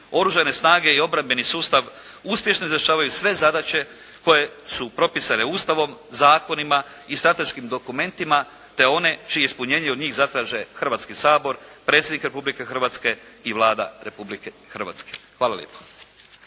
Oružane snage i obrambeni sustav uspješno izvršavaju sve zadaće koje su propisane Ustavom, zakonima i strateškim dokumentima, te one čije ispunjenje od njih zatraže Hrvatski sabor, Predsjednik Republike Hrvatske i Vlada Republike Hrvatske. Hvala lijepo.